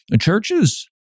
Churches